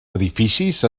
edificis